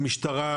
משטרה,